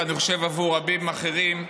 ואני חושב עבור רבים אחרים,